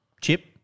chip